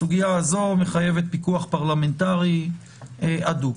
הסוגיה הזאת מחייבת פיקוח פרלמנטרי הדוק.